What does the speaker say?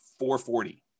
440